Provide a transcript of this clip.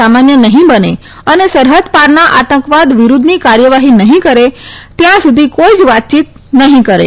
સામાન્ય નહીં બને અને સરહદ પારના આતંકવાદ વિરૂધ્ધની કાર્યવાહી નહીં કરે ત્યાં સુધી કોઇ જ વાતચીત નહીં કરે